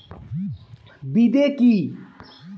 বিদে কি?